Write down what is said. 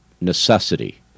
necessity